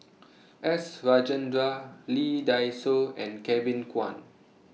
S Rajendran Lee Dai Soh and Kevin Kwan